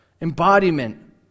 embodiment